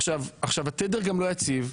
עכשיו, התדר גם לא יציב,